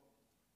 איפה?